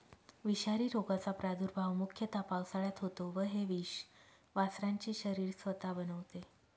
विषारी रोगाचा प्रादुर्भाव मुख्यतः पावसाळ्यात होतो व हे विष वासरांचे शरीर स्वतः बनवते